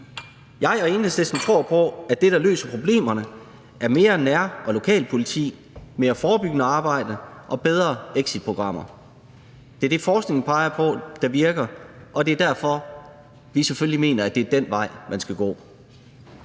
Jeg og Enhedslisten tror på, at det, der løser problemerne, er mere nær- og lokalpoliti, mere forebyggende arbejde og bedre exitprogrammer. Det er det, forskningen peger på virker, og det er derfor, at vi selvfølgelig mener, er det er den vej, man skal gå.